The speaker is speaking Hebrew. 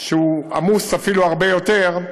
שהוא אפילו עמוס הרבה יותר,